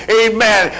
amen